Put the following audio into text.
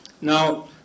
Now